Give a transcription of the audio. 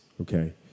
okay